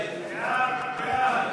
הצעת סיעת